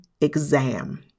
exam